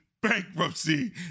bankruptcy